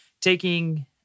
taking